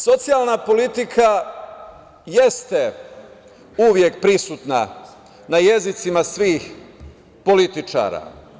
Socijalna politika jeste uvek prisutna na jezicima svih političara.